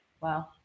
Wow